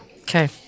Okay